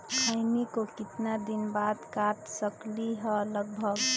खैनी को कितना दिन बाद काट सकलिये है लगभग?